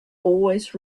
always